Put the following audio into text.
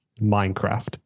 Minecraft